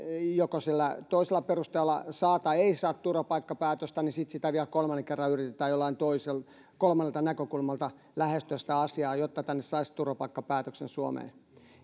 joko sillä toisella perusteella saa tai ei saa turvapaikkapäätöstä ja sitten vielä kolmannen kerran yritetään jollain kolmannelta näkökulmalta lähestyä sitä asiaa jotta saisi turvapaikkapäätöksen tänne suomeen